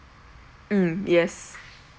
mm yes